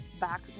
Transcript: back